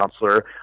counselor